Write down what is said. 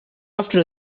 after